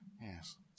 Yes